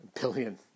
billion